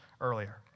earlier